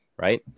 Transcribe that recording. right